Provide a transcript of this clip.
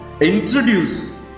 introduce